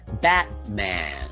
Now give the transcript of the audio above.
Batman